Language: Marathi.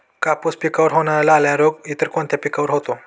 कापूस पिकावर होणारा लाल्या रोग इतर कोणत्या पिकावर होतो?